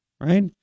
right